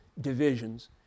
Divisions